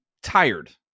tired